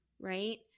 right